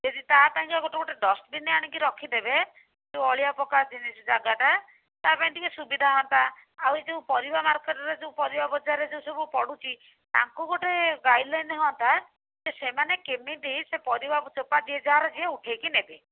ଯେଦି ତା' ସାଙ୍ଗେ ଗୋଟେ ଗୋଟେ ଡଷ୍ଟବିନ୍ ଆଣିକି ରଖିଦେବେ ସେ ଅଳିଆ ପକା ଜିନିଷ ଜାଗାଟା ତା' ପାଇଁ ଟିକିଏ ସୁବିଧା ହୁଅନ୍ତା ଆଉ ଏଇ ଯେଉଁ ପରିବା ମାର୍କେଟରେ ଯେଉଁ ପରିବା ବଜାରରେ ସବୁ ପଡ଼ୁଛି ତାଙ୍କୁ ଗୋଟେ ଗାଇଡ଼ଲାଇନ୍ ହୁଅନ୍ତା ଯେ ସେମାନେ କେମିତି ସେ ପରିବା ଚୋପା ଯିଏ ଯାହାର ଉଠେଇକି ନେବେ